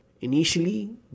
initially